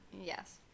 Yes